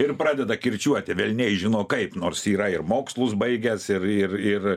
ir pradeda kirčiuoti velniai žino kaip nors yra ir mokslus baigęs ir ir ir